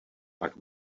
pak